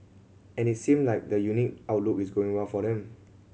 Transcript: and it seem like that unique outlook is going well for them